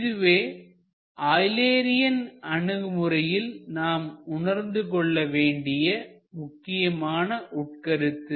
இதுவே ஆய்லேரியன் அணுகுமுறையில் நாம் உணர்ந்து கொள்ள வேண்டிய முக்கியமான உட்கருத்து